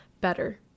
better